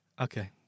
Okay